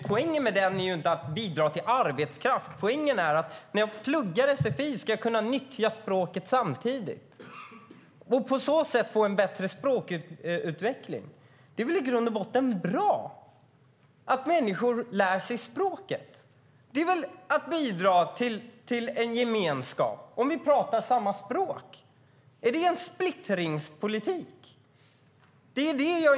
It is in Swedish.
Poängen är inte att bidra till arbetskraft utan att man när man pluggar på sfi samtidigt ska kunna nyttja språket och på så sätt få en bättre språkutveckling. Det är i grund och botten bra att människor lär sig språket. Att vi pratar samma språk är väl att bidra till en gemenskap?